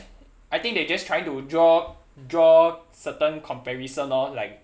I think they just trying to draw draw certain comparison orh like